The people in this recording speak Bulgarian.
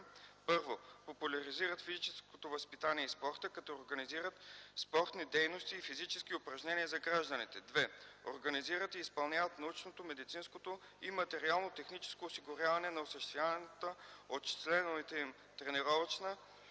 1. популяризират физическото възпитание и спорта, като организират спортни дейности и физически упражнения за гражданите; 2. организират и изпълняват научното, медицинското и материално-техническо осигуряване на осъществяваната от членовете им тренировъчна